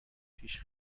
پیش